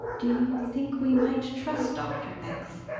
do you think we might trust dr. x?